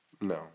No